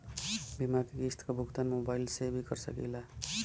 बीमा के किस्त क भुगतान मोबाइल से भी कर सकी ला?